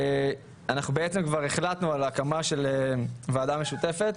אנחנו בעצם כבר החלטנו על ההקמה של ועדה משותפת,